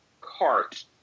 cart